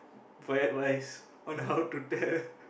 for advice on how to tell